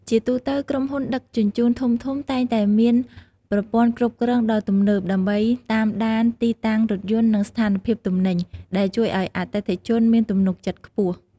ជាទូទៅ ក្រុមហ៊ុនដឹកជញ្ជូនធំៗតែងតែមានប្រព័ន្ធគ្រប់គ្រងដ៏ទំនើបដើម្បីតាមដានទីតាំងរថយន្តនិងស្ថានភាពទំនិញ ដែលជួយឱ្យអតិថិជនមានទំនុកចិត្តខ្ពស់។